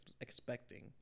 expecting